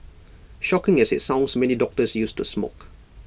shocking as IT sounds many doctors used to smoke